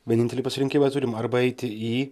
vienintelį pasirinkimą turim arba eiti į